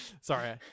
Sorry